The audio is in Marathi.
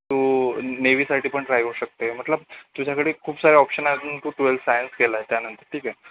तू नेव्हीसाठी पण ट्राय करू शकते मतलब तुझ्याकडे खूप सारे ऑप्शन आहे तू ट्वेल्थ सायन्स केलं आहे त्यानं ठीक आहे